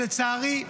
שלצערי,